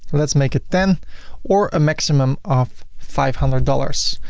let's make it ten or a maximum of five hundred dollars.